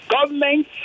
government